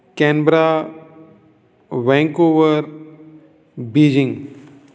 Canberra Vancouver Beijing